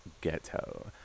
ghetto